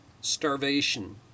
starvation